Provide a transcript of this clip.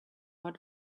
are